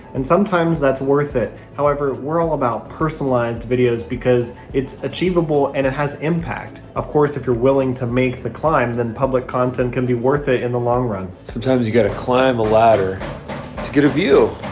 and sometimes that's worth it. however we're all about personalized videos because it's achievable and it has impact. of course if you're willing to make the climb then public content can be worth it in the long run. sometimes you've gotta climb the ladder to get a view.